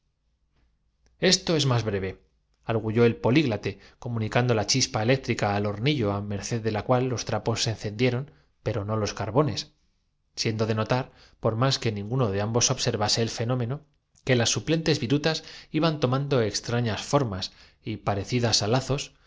esto es más breveargüyó el políglota comuni una patata cando la chispa eléctrica al hornillo á merced de la de modo que nos vamos á morir de hambre balbuceó juanita con los cual los trapos se encendieron pero no los carbones ojos desencajados siendo de notar por más que ninguno de ambos ob no pero tendremos que apearnos á cada comida el fenómeno que las suplentes virutas iban y tomar los alimentos propios de la servase época y de la loca tomando extrañas formas parecidas á lazos